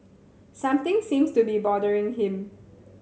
something seems to be bothering him